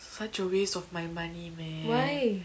such a waste of my money man